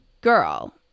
girl